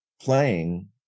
playing